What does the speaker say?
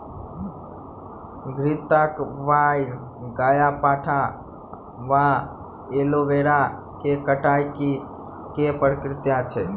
घृतक्वाइर, ग्यारपाठा वा एलोवेरा केँ कटाई केँ की प्रक्रिया छैक?